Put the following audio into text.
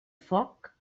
foc